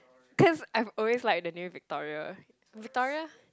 cause I've always liked the name Victoria Victoria